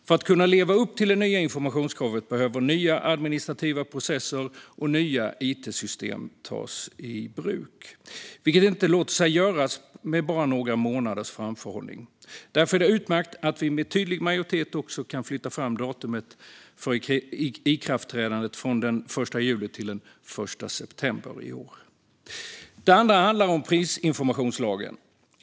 För att kunna leva upp till det nya informationskravet behöver nya administrativa processer och nya it-system tas i bruk, vilket inte låter sig göras med bara några månaders framförhållning. Därför är det utmärkt att vi med tydlig majoritet också kan flytta fram datumet för ikraftträdandet från den 1 juli till den 1 september i år. Den andra handlar om prisinformationslagen.